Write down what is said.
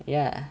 ya